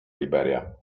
liberia